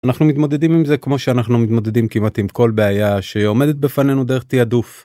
אנחנו מתמודדים עם זה, כמו שאנחנו מתמודדים כמעט עם כל בעיה שעומדת בפנינו דרך תעדוף.